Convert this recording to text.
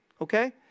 okay